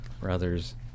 brothers